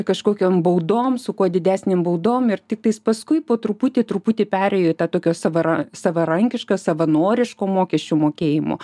kažkokiom baudom su kuo didesnėm baudom ir tiktais paskui po truputį truputį perėjo į tą tokio savara savarankišką savanoriško mokesčių mokėjimo